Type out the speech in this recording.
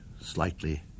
slightly